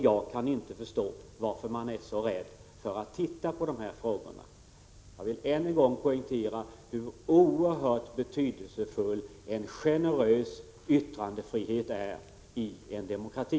Jag kan inte förstå varför man är så rädd för att utreda de här frågorna. Jag vill än en gång poängtera hur oerhört betydelsefull en generös yttrandefrihet är i en demokrati.